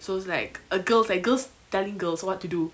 so it's like a girls like girls telling girls what to do